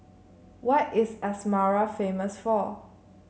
what is Asmara famous for